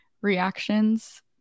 reactions